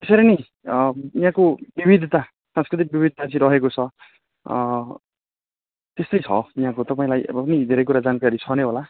त्यसरी नै यहाँको विविधता सांस्कृतिक विविधता चाहिँ रहेको छ त्यस्तै छ यहाँको तपाईँलाई अब नि धेरै कुरा जानकारी छ नै होला